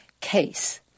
case